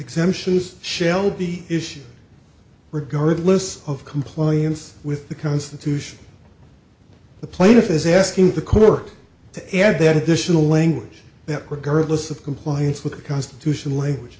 exemption is shelby issue regardless of compliance with the constitution the plaintiff is asking the court to add that additional language that regardless of compliance with the constitutional language